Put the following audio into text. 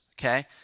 okay